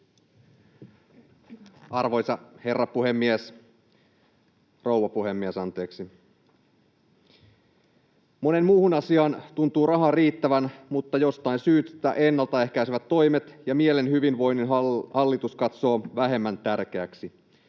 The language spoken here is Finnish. Arvoisa rouva puhemies! Moneen muuhun asiaan tuntuu rahaa riittävän, mutta jostain syystä ennalta ehkäisevät toimet ja mielen hyvinvoinnin hallitus katsoo vähemmän tärkeiksi.